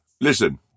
Listen